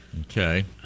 Okay